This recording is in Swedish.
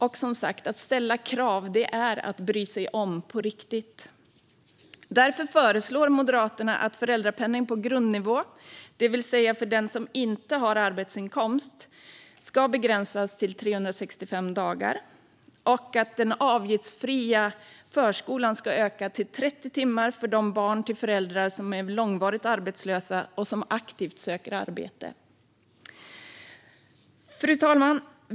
Och att ställa krav är, som sagt, att bry sig om på riktigt. Därför föreslår Moderaterna att föräldrapenning på grundnivå, det vill säga för den som inte har arbetsinkomst, ska begränsas till 365 dagar. Vi vill också att den avgiftsfria förskolan ska utökas till 30 timmar för barn till föräldrar som är långvarigt arbetslösa och som aktivt söker arbete. Fru talman!